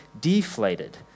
deflated